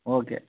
okay